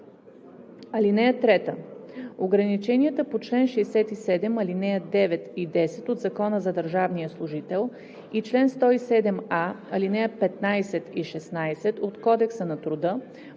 (3) Ограниченията по чл. 67, ал. 9 и 10 от Закона за държавния служител и чл. 107а, ал. 15 и 16 от Кодекса на труда